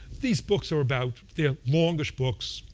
these books are about they're longish books,